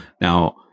Now